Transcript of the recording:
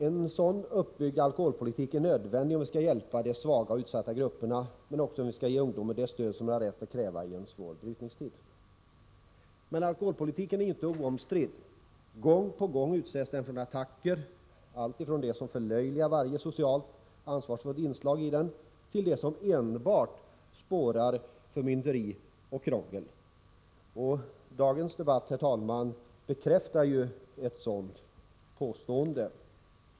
En på det sättet uppbyggd alkoholpolitik är nödvändig om vi skall kunna hjälpa de svaga och utsatta grupperna och också om vi skall ge ungdomar det stöd de har rätt att kräva i en svår brytningstid. Men alkoholpolitiken är inte oomstridd. Gång på gång utsätts den för attacker, alltifrån det som förlöjligar varje socialt ansvarsfullt inslag till det som enbart spårar förmynderi och krångel. Dagens debatt, herr talman, bekräftar ett sådant påstående.